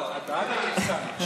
אבל את המתקן, נכון?